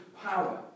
power